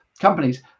companies